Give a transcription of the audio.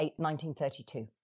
1932